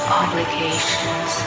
obligations